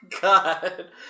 God